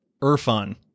Irfan